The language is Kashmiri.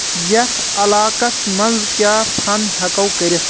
یِتھ علاقَس منٛز کیٛاہ فن ہٮ۪کَو کٔرِتھ